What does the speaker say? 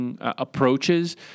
approaches